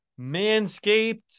Manscaped